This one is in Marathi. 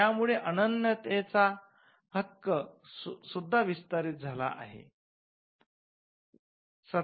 यामुळे अनन्यतेचा हक्क सुद्धा विस्तारित झाला आहे